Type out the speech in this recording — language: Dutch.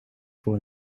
voor